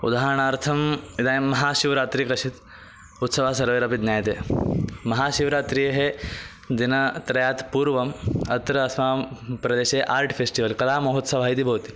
उदाहरणार्थम् इदानीं महाशिवरात्रिः कश्चित् उत्सवः सर्वैरपि ज्ञायते महाशिवरात्रेः दिनत्रयात् पूर्वम् अत्र अस्सां प्रदेशे आर्ट् फ़ेस्टिवल् कलामहोत्सवः इति भवति